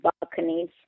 balconies